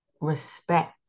respect